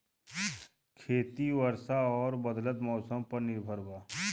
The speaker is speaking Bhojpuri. खेती वर्षा और बदलत मौसम पर निर्भर बा